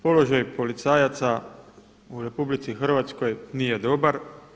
Položaj policajaca u RH nije dobar.